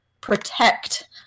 protect